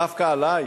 דווקא עלי?